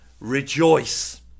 rejoice